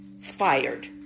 fired